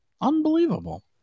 Unbelievable